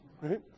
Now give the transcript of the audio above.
right